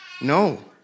No